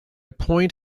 point